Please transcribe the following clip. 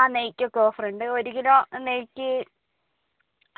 ആ നെയ്ക്കൊക്കെ ഓഫർ ഉണ്ട് ഒരു കിലോ നെയ്ക്ക്